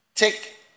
take